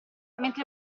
mentre